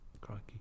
crikey